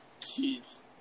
Jeez